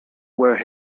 where